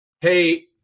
Hey